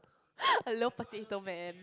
I love potato man